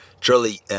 truly